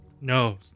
No